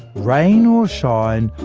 rain or shine,